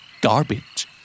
Garbage